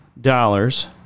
dollars